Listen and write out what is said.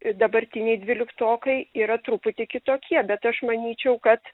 dabartiniai dvyliktokai yra truputį kitokie bet aš manyčiau kad